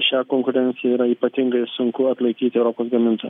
šią konkurenciją yra ypatingai sunku atlaikyt europos gaminto